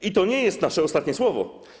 I to nie jest nasze ostatnie słowo.